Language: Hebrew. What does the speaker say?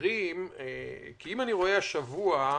השבוע,